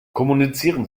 kommunizieren